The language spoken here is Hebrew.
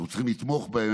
אנחנו צריכים לתמוך בהם,